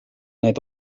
need